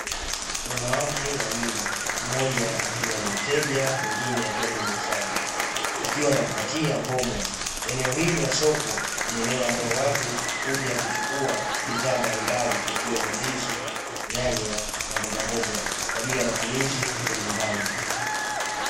Wanawake wawili mmoja akiwa ni mteja mwingine akiwa ni muuzaji akiwa anampatia mboga. Eneo hili la soko ambalo watu huja kuchukua bidhaa mbalimbali ikiwemo ndizi, nyanya, na mboga mboga kwaajili ya matumizi ya nyumbani